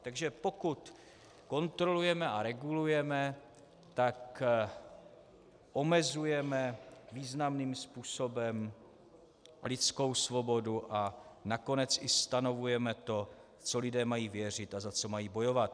Takže pokud kontrolujeme a regulujeme, tak omezujeme významným způsobem lidskou svobodu a nakonec i stanovujeme to, v co lidé mají věřit a za co mají bojovat.